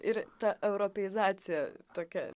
ir ta europeizacija tokia